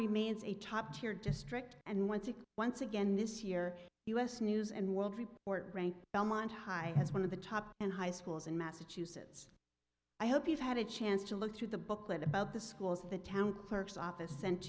remains a top tier district and once it once again this year u s news and world report ranked belmont high as one of the top and high schools in massachusetts i hope you've had a chance to look through the booklet about the schools the town clerk's office sent